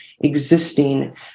existing